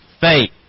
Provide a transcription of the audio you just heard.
faith